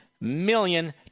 million